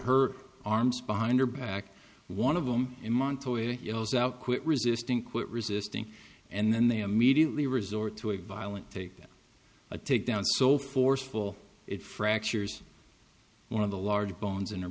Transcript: her arms behind her back one of them in montoya yells out quit resisting quit resisting and then they immediately resort to a violent take a take down so forceful it fractures one of the large bones in her